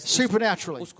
supernaturally